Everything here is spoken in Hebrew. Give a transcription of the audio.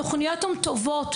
התוכניות הן טובות,